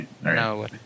No